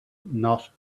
not